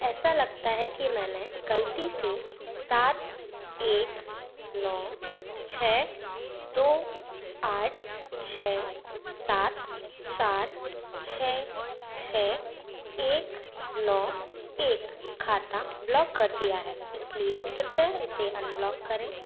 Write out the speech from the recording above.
ऐसा लगता है कि मैंने गलती से सात एक नौ छह दो आठ छह सात चार छह छह एक नौ एक खाता ब्लॉक कर दिया है इसलिए कृपया इसे अनब्लॉक करें